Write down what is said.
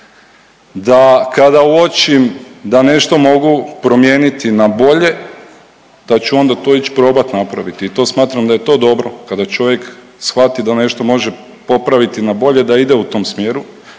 da kada uočim da nešto mogu promijeniti na bolje da ću onda to ići probat napraviti i to smatram da je to dobro. Kada čovjek shvati da nešto može popraviti na bolje da ide u tom smjeru,